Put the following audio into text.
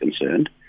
concerned